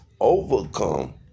overcome